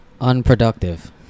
Unproductive